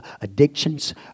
addictions